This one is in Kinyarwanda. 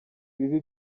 bibi